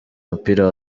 umupira